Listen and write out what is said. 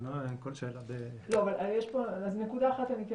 אני לא אענה על כל שאלה ב אז נקודה אחת אני כן